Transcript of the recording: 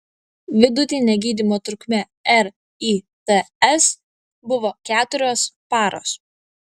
vidutinė gydymo trukmė rits buvo keturios paros